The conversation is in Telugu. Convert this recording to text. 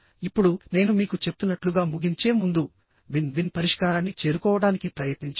ఇప్పుడు నేను మీకు చెప్తున్నట్లుగా ముగించే ముందు విన్ విన్ పరిష్కారాన్ని చేరుకోవడానికి ప్రయత్నించండి